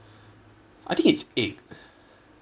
I think it's egg